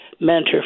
mentor